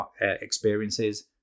experiences